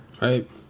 Right